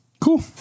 Cool